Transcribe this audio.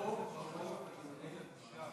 ברור, ברור, הגיוני.